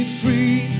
free